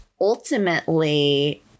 Ultimately